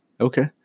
Okay